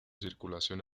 circulación